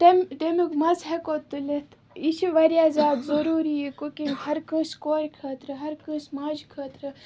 تمہِ تمیُک مَزٕ ہٮ۪کو تُلِتھ یہِ چھِ واریاہ زیادٕ ضٔروٗری یہِ کُکِنٛگ ہَر کٲنٛسہِ کورِ خٲطرٕ ہَر کٲنٛسہِ ماجہِ خٲطرٕ